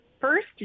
first